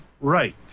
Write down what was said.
right